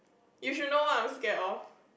you should know what I'm scared of